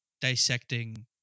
dissecting